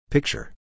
Picture